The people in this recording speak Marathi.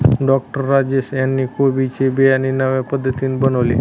डॉक्टर राजेश यांनी कोबी ची बियाणे नव्या पद्धतीने बनवली